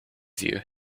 view